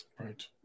Right